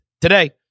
today